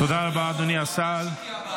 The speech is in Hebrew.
תודה רבה, אדוני השר.